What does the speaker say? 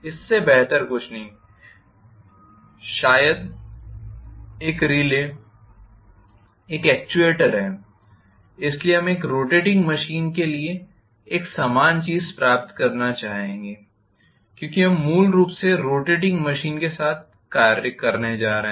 इससे बेहतर कुछ नहीं शायद एक रिले एक एक्ट्यूएटर है इसलिए हम एक रोटेटिंग मशीन के लिए एक समान चीज प्राप्त करना चाहेंगे क्योंकि हम मूल रूप से रोटेटिंग मशीन के साथ कार्य करने जा रहे हैं